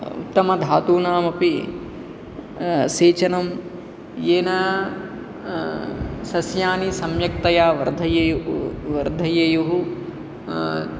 उत्तमधातूनामपि सेचनं येन सस्यानि सम्यक्तया वर्धये वर्धयेयुः